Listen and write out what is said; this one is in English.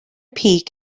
peak